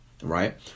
right